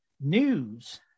news